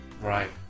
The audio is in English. Right